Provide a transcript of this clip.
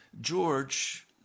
George